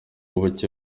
ubuke